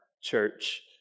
church